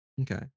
Okay